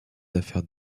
affaires